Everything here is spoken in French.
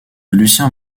lucien